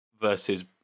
versus